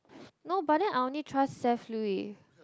no but then I only trust Seth Lui